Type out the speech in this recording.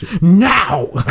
Now